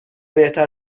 بهتر